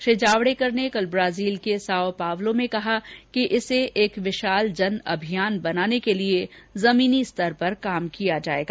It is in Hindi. श्री जावड़ेकर ने कल ब्राजील के साओ पावलो में कहा कि इसे एक विशाल जन अभियान बनाने के लिए जमीनी स्तर पर काम किया जायेगा